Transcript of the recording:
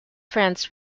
friends